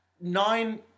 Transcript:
nine